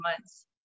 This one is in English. months